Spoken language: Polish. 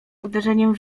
uderzeniem